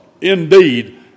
indeed